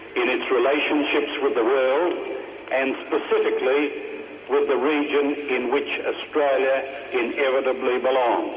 in its relationships with the world and specifically with the region in which australia inevitably belongs.